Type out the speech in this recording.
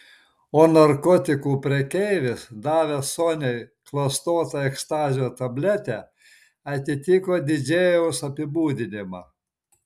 o narkotikų prekeivis davęs soniai klastotą ekstazio tabletę atitiko didžėjaus apibūdinimą